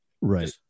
Right